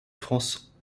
france